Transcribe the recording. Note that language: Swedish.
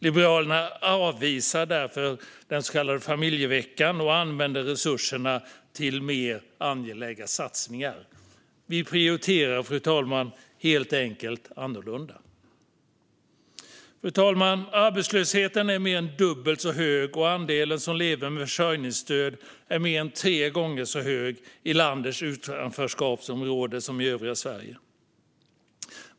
Liberalerna avvisar därför den så kallade familjeveckan och använder resurserna till mer angelägna satsningar. Vi prioriterar helt enkelt annorlunda. Fru talman! Arbetslösheten är mer än dubbelt så hög och andelen som lever med försörjningsstöd mer än tre gånger så hög i landets utanförskapsområden som i övriga Sverige.